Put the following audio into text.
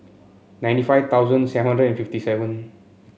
ninety five thosuand seven hundred and seven